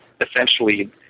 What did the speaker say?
essentially